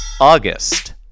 August